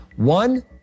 One